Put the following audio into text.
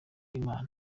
imana